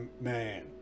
man